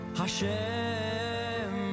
Hashem